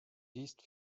east